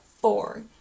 four